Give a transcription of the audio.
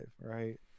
right